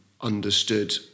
understood